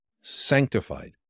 sanctified